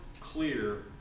clear